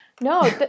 No